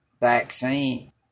vaccine